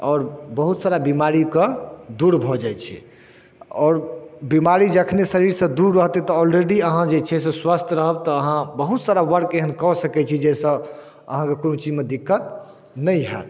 आओर बहुत सारा बीमारीके दूर भऽ जाइ छै आओर बीमारी जखने शरीरसँ दूर रहतै तऽ ऑलरेडी अहाँ जे छै से स्वस्थ रहब तऽ अहाँ बहुत सारा वर्क एहन कऽ सकै छी जे जाहिसँ अहाँके कोनो चीजमे दिक्कत नहि हैत